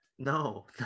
no